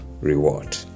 reward